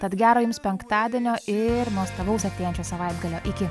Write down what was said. tad gero jums penktadienio ir nuostabaus artėjančio savaitgalio iki